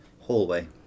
hallway